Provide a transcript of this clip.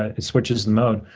it switches the mode